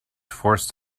forced